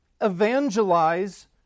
evangelize